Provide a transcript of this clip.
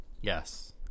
Yes